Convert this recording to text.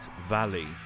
Valley